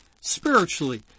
spiritually